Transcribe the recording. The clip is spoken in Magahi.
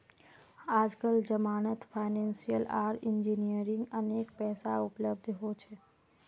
आजकल जमानत फाइनेंसियल आर इंजीनियरिंग अनेक पैसा उपलब्ध हो छे